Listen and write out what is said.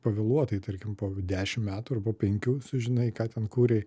pavėluotai tarkim po dešimt metų ar po penkių sužinai ką ten kūrei